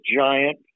giant